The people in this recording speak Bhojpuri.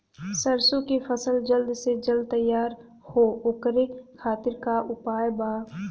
सरसो के फसल जल्द से जल्द तैयार हो ओकरे खातीर का उपाय बा?